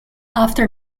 after